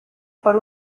per